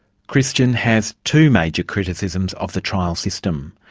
christian has two major criticisms of the trial system.